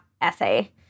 essay